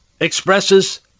expresses